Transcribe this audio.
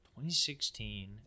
2016